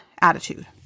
attitude